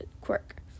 quirk